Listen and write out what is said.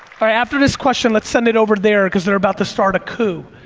alright, after this question, let's send it over there, cause they're about to start a coup.